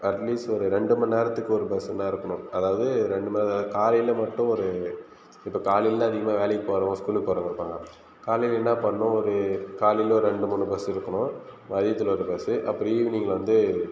at least ஒரு ரெண்டு மணிநேரத்துக்கு ஒரு பஸ்ஸுன்னா இருக்கணும் அதாவது ரெண்டு மணி நேரம் காலையில் மட்டும் ஒரு இப்போ காலையில் அதிகமாக வேலைக்கு போகிறவங்க ஸ்கூலுக்கு போகிறவங்க இருப்பாங்க காலையில் என்ன பண்ணணும் ஒரு காலையில் ஒரு ரெண்டு மூணு பஸ் இருக்கணும் மதியத்தில் ஒரு பஸ் அப்புறம் ஈவினிங்கில் வந்து